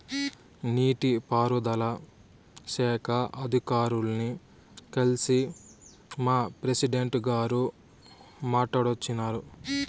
నీటి పారుదల శాఖ అధికారుల్ని కల్సి మా ప్రెసిడెంటు గారు మాట్టాడోచ్చినారు